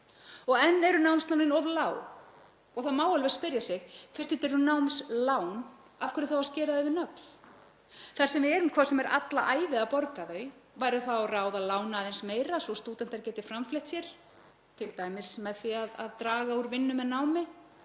enn eru námslánin of lág og það má alveg spyrja sig: Fyrst þetta eru námslán, af hverju þá að skera þau við nögl? Þar sem við erum hvort sem er alla ævi að borga þau, væri þá ráð að lána aðeins meira svo stúdentar geti framfleytt sér, t.d. með því að draga úr vinnu með námi,